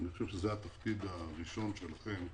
אני חושב שזה התפקיד הראשון שלכם,